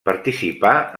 participà